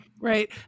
Right